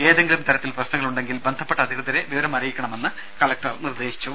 ഏതെങ്കിലും തരത്തിൽ പ്രശ്നങ്ങൾ ഉണ്ടെങ്കിൽ ബന്ധപ്പെട്ട അധികൃതരെ വിവരം അറിയിക്കണമെന്ന് കലക്ടർ നിർദ്ദേശിച്ചു